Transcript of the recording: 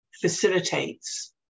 facilitates